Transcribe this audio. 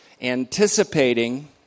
anticipating